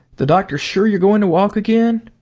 the doctor's sure you're going to walk again?